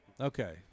Okay